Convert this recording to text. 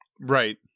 Right